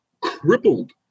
crippled